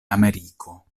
ameriko